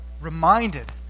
reminded